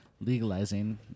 legalizing